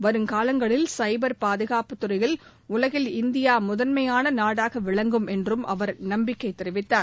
வருங்காலங்களில் சைபர் பாதுகாப்பு துறையில் உலகில் இந்தியா முதன்மையான நாடாக விளங்கும் என்றும் அவர் நம்பிக்கை தெரிவித்தார்